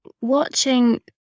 watching